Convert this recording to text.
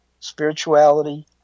spirituality